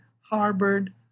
harbored